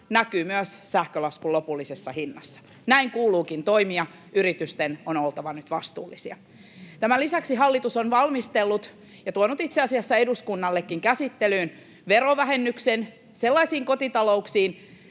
näkyy myös sähkölaskun lopullisessa hinnassa. Näin kuuluukin toimia, yritysten on oltava nyt vastuullisia. Tämän lisäksi hallitus on valmistellut ja tuonut itse asiassa eduskunnallekin käsittelyyn verovähennyksen sellaisiin kotitalouksiin,